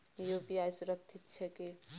UPI सुरक्षित छै की?